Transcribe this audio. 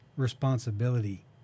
responsibility